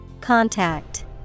Contact